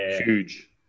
Huge